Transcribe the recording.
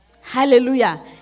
Hallelujah